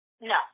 No